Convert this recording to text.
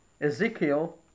Ezekiel